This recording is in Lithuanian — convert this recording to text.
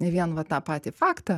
ne vien va tą patį faktą